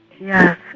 Yes